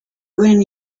when